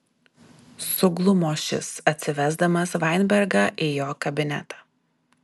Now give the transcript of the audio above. suglumo šis atsivesdamas vainbergą į jo kabinetą